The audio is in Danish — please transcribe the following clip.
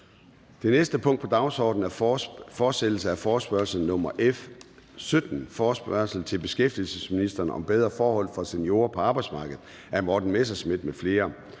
Det næste punkt på dagsordenen er: 4) Fortsættelse af forespørgsel nr. F 17 [afstemning]: Forespørgsel til beskæftigelsesministeren om bedre forhold for seniorerne på arbejdsmarkedet. Af Morten Messerschmidt (DF) m.fl.